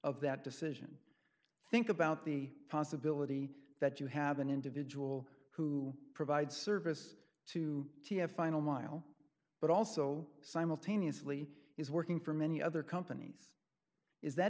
of that decision think about the possibility that you have an individual who provide service to final mile but also simultaneously is working for many other companies is that